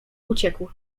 uciekł